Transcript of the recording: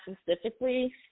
specifically